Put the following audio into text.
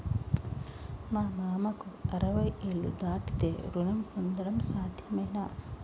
మా మామకు అరవై ఏళ్లు దాటితే రుణం పొందడం సాధ్యమేనా?